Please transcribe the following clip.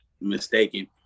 mistaken